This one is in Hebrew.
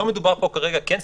לא מדובר פה כרגע בכן ספורטק,